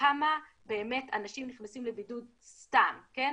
כמה באמת אנשים נכנסים לבידוד סתם, כן?